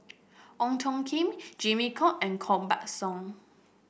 Ong Tjoe Kim Jimmy Chok and Koh Buck Song